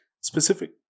specific